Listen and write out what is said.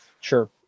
Sure